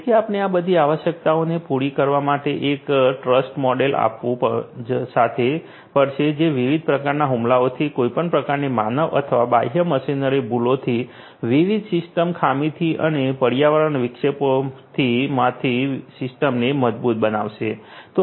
તેથી આપણે આ બધી આવશ્યકતાઓને પૂરી કરવા માટે એક ટ્રસ્ટ મોડેલ સાથે આવવું પડશે જે વિવિધ પ્રકારના હુમલાઓથી કોઈપણ પ્રકારની માનવ અથવા બાહ્ય મશીનરી ભૂલોથી વિવિધ સિસ્ટમ ખામીથી અને પર્યાવરણ વિક્ષેપોથી માંથી સિસ્ટમને મજબૂત બનાવશે